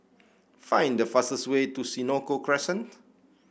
find the fastest way to Senoko Crescent